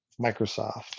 microsoft